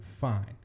fine